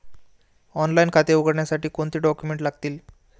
Online खाते उघडण्यासाठी कोणते डॉक्युमेंट्स लागतील?